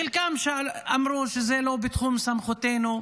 חלקם אמרו: זה לא בתחום סמכותנו,